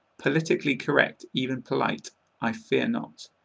politically correct, even polite i fear not.